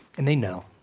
and they know,